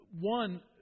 One